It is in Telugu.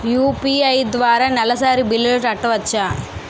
యు.పి.ఐ ద్వారా నెలసరి బిల్లులు కట్టవచ్చా?